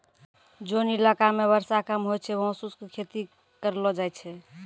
जोन इलाका मॅ वर्षा कम होय छै वहाँ शुष्क खेती करलो जाय छै